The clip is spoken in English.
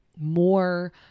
more